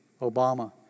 Obama